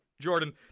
Jordan